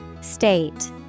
State